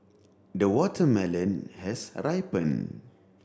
the watermelon has ripen